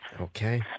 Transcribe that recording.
Okay